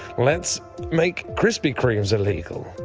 let's make krispy kremes illegal.